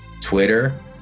Twitter